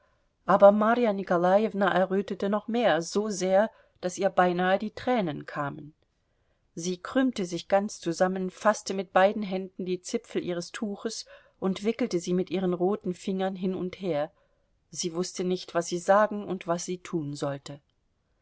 aber marja nikolajewna errötete noch mehr so sehr daß ihr beinahe die tränen kamen sie krümmte sich ganz zusammen faßte mit beiden händen die zipfel ihres tuches und wickelte sie mit ihren roten fingern hin und her sie wußte nicht was sie sagen und was sie tun sollte